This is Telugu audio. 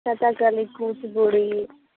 కథాకళి కూచిపూడి